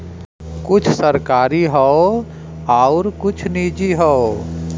कुछ सरकारी हौ आउर कुछ निजी हौ